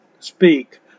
speak